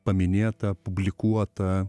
paminėtą publikuotą